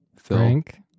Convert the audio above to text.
Frank